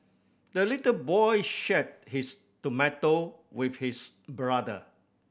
the little boy shared his tomato with his brother